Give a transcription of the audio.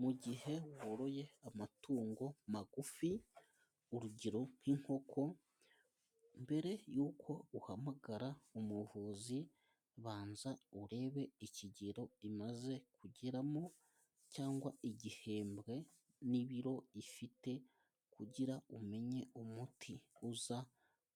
Mu gihe woroye amatungo magufi ,urugero nk'inkoko, mbere yuko uhamagara umuvuzi banza urebe ikigero imaze kugeramo cyangwa igihembwe n'ibiro ifite kugira ngo umenye umuti uza